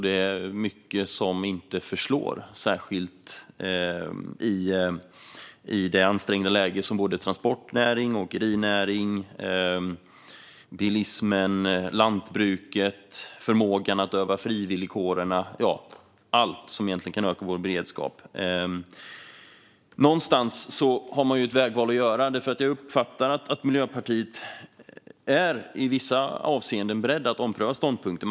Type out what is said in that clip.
De förslår inte särskilt långt i detta ansträngda läge för transportnäringen, åkerinäringen, bilismen, lantbruket och förmågan att öva frivilligkårerna - ja, egentligen allt som kan öka vår beredskap. Någonstans har man ett vägval att göra. Jag uppfattar att Miljöpartiet i vissa avseenden är berett att ompröva ståndpunkter.